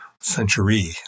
century